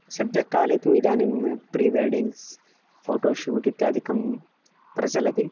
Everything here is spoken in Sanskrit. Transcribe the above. सद्यः काले तु इदानीं प्रीवेडिङ्ग्स् फ़ोटो शूट् इत्यादिकं प्रचलति